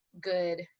good